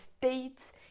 states